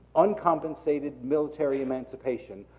uncompensated military emancipation,